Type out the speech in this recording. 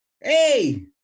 Hey